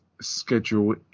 schedule